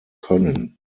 können